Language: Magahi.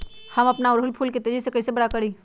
हम अपना ओरहूल फूल के तेजी से कई से बड़ा करी?